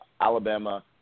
Alabama